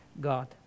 God